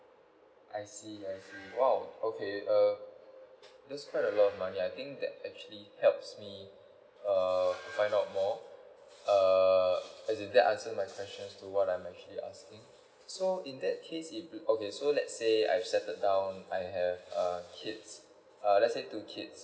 I see I see !wow! okay uh that's quite a lot of money I think that actually helps me err to find out more err as in that answer my questions to what I'm actually asking so in that case if okay so let's say I've settled down I have uh kids uh let's say two kids